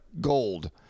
gold